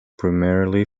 primarily